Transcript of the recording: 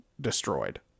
destroyed